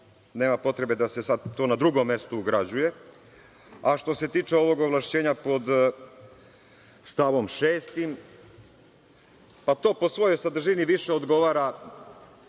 nema potrebe da se sad to na drugom mestu ugrađuje, a što se tiče ovog ovlašćenja pod stavom 6, to po svojoj sadržini više odgovara